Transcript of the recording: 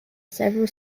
several